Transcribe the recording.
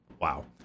Wow